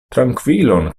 trankvilon